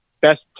best